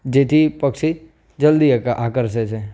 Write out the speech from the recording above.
જેથી પક્ષી ઝલ્દી આકર્ષે છે